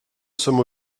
sommes